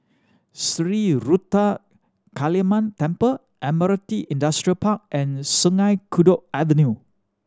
Sri Ruthra Kaliamman Temple Admiralty Industrial Park and Sungei Kadut Avenue